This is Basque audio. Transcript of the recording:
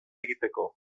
egiteko